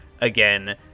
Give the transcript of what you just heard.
again